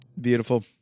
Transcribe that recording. Beautiful